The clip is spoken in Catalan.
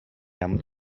han